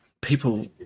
people –